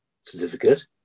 certificate